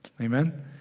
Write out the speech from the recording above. Amen